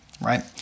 right